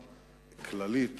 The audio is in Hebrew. הצריכה הכללית